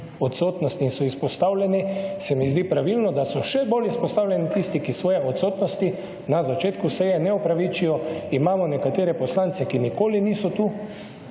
odsotnost in so izpostavljeni, se mi zdi pravilno, da so še bolj izpostavljeni tisti, ki svoje odsotnosti na začetku seje ne opravičijo. Imamo nekatere poslance, ki nikoli niso tu,